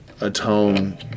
atone